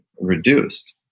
reduced